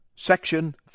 Section